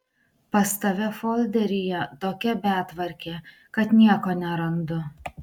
pas tave folderyje tokia betvarkė kad nieko nerandu